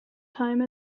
time